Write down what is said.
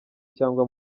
cyangwa